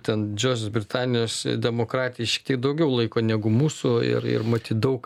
ten didžiosios britanijos demokratiški daugiau laiko negu mūsų ir ir matyt daug